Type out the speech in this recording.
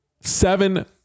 seven